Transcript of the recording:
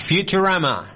Futurama